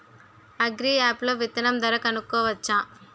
Agri app లో విత్తనం ధర కనుకోవచ్చా?